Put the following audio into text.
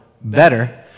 better